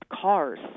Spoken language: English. Cars